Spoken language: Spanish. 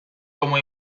como